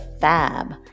Fab